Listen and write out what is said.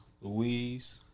Louise